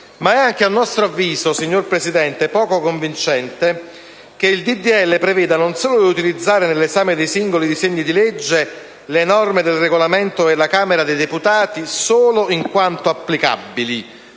è anche poco convincente, signor Presidente, che il disegno di legge preveda non solo di utilizzare nell'esame dei singoli disegni di legge le norme del Regolamento della Camera dei deputati solo in quanto applicabili,